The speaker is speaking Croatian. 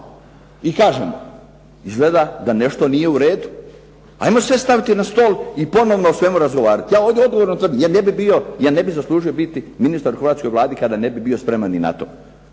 i kažemo izgleda da nešto nije u redu. Ajmo sve staviti na stol i ponovno o svemu razgovarati. Ja ovdje odgovorno tvrdim, ja ne bih zaslužio biti ministar u hrvatskoj Vladi kada ne bih bio spreman ni na to.